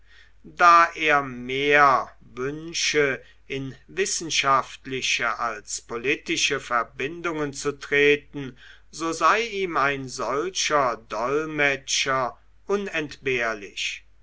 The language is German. da er mehr wünsche in wissenschaftliche als politische verbindungen zu treten so sei ihm ein solcher dolmetscher unentbehrlich